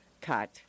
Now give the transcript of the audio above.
cut